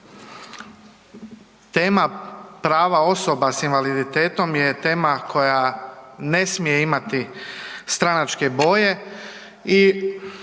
Tema prava osoba s invaliditetom je tema koja ne smije imati stranačke boje